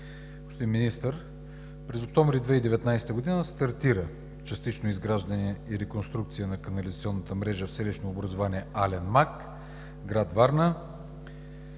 през октомври 2019 г. стартира частично изграждане и реконструкция на канализационната мрежа в селищно образование „Ален мак“, гр. Варна,